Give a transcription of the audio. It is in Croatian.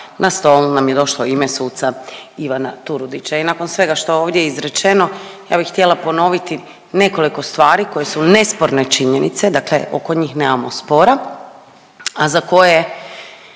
na stol nam je došlo ime suca Ivana Turudića. I nakon svega što je ovdje izrečeno ja bih htjela ponoviti nekoliko stvari koje su nesporne činjenice, dakle oko njih nemamo spora za koje